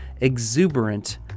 exuberant